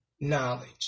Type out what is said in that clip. knowledge